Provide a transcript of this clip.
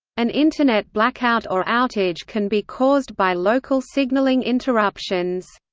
an internet blackout or outage can be caused by local signalling interruptions.